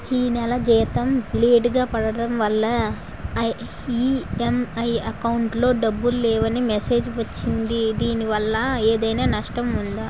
ఈ నెల జీతం లేటుగా పడటం వల్ల ఇ.ఎం.ఐ అకౌంట్ లో డబ్బులు లేవని మెసేజ్ వచ్చిందిదీనివల్ల ఏదైనా నష్టం ఉందా?